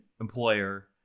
employer